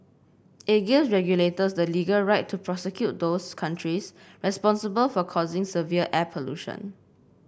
it gives regulators the legal right to prosecute those countries responsible for causing severe air pollution